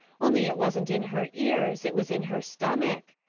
only it wasent in her ears it was in her stummick.